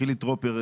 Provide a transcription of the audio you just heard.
חילי טרופר,